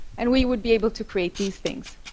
and we would be able to create these things.